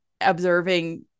observing